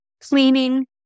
cleaning